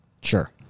Sure